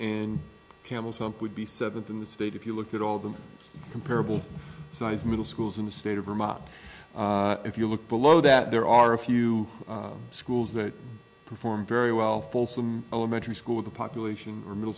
and camel's hump would be seventh in the state if you look at all the comparable size middle schools in the state of vermont if you look below that there are a few schools that perform very well folsom elementary school with a population in middle